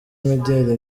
imideli